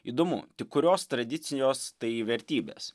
įdomu tik kurios tradicijos tai vertybės